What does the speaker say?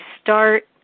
start